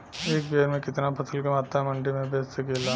एक बेर में कितना फसल के मात्रा मंडी में बेच सकीला?